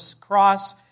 cross